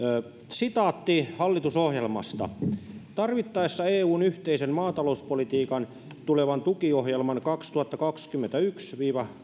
sitaatti hallitusohjelmasta tarvittaessa eun yhteisen maatalouspolitiikan tulevan tukiohjelmakauden kaksituhattakaksikymmentäyksi viiva